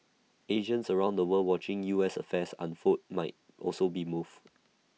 Asians around the world watching U S affairs unfold might also be moved